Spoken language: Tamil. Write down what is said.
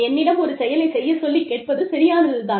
என்னிடம் ஒரு செயலை செய்யச் சொல்லிக் கேட்பது சரியானது தான்